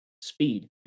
Speed